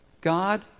God